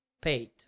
paid